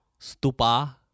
Stupa